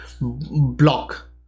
block